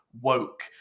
woke